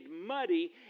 muddy